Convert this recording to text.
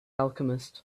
alchemist